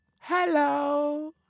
Hello